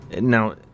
Now